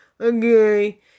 okay